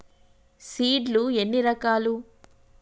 Seed లు ఎన్ని రకాలు?